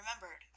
remembered